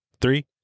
Three